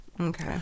Okay